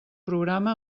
programa